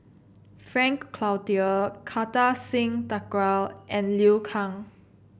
Frank Cloutier Kartar Singh Thakral and Liu Kang